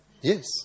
Yes